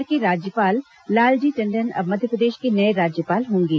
बिहार के राज्यपाल लालजी टंडन अब मध्यप्रदेश के नए राज्यपाल होंगे